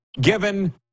given